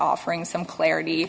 offering some clarity